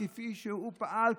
וכפי שהוא פעל,